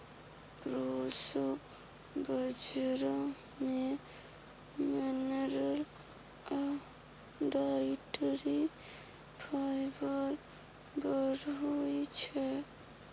proso बजरा मे mineral आ डाइटरी फाइबर बड़ होइ छै